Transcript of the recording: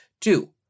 Two